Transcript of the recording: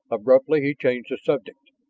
abruptly he changed the subject.